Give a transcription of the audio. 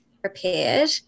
prepared